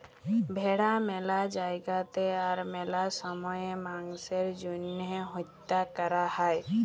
ভেড়া ম্যালা জায়গাতে আর ম্যালা সময়ে মাংসের জ্যনহে হত্যা ক্যরা হ্যয়